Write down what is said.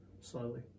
slowly